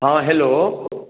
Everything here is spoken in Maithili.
हँ हेलो